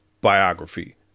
biography